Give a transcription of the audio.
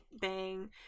Bang